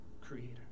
creator